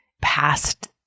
past